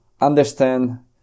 understand